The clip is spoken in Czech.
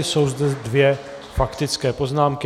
Jsou zde dvě faktické poznámky.